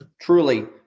Truly